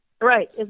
Right